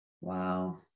Wow